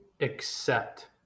accept